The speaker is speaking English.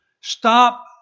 stop